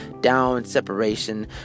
down-separation